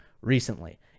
recently